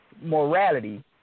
morality